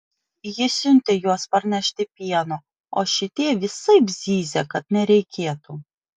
ji siuntė juos parnešti pieno o šitie visaip zyzė kad nereikėtų